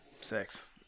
Sex